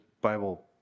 Bible